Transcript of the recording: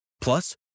Plus